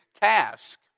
task